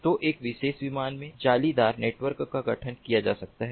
तो एक विशेष विमान में जालीदार नेटवर्क का गठन किया जा सकता है